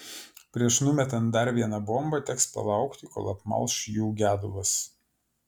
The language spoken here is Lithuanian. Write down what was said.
prieš numetant dar vieną bombą teks palaukti kol apmalš jų gedulas